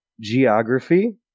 geography